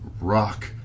rock